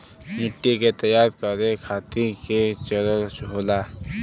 मिट्टी के तैयार करें खातिर के चरण होला?